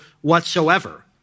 whatsoever